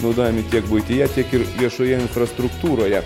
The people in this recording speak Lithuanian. naudojami tiek buityje tiek ir viešoje infrastruktūroje